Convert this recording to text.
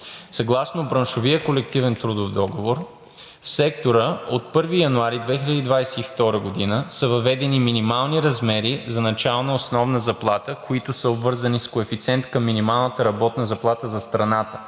Съгласно браншовият колективен трудов договор в сектора от 1 януари 2022 г. са въведени минимални размери за начална основна заплата, които са обвързани с коефициент към минималната работна заплата за страната,